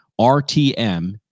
RTM